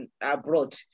abroad